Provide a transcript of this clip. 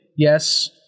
Yes